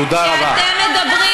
תודה רבה.